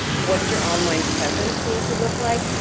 what does your online presence need to look like,